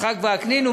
יצחק וקנין,